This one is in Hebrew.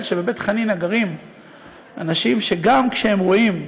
שבבית חנינא גרים אנשים שגם כשהם רואים